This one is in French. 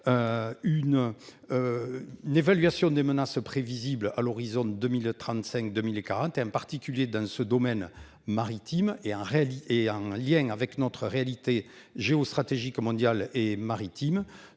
pour évaluer les menaces prévisibles à l'horizon 2035-2040 en particulier dans le domaine maritime et en lien avec notre réalité géostratégique mondiale et maritime,